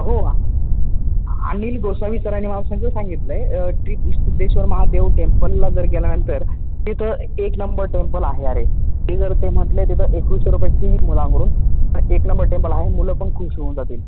हो अनिल गोसावी सरांनी मला सगळं सांगितलं आहे ट्रीप सिद्धेश्वर महादेव टेम्पलला जर गेल्यानंतर तिथं एक नंबर टेम्पल आहे अरे ते जर ते म्हटले तिथं एकवीसशे रुपये फी मुलांकडून पण एक नंबर टेम्पल आहे मुलं पण खूश होऊन जातील